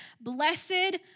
Blessed